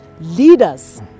leaders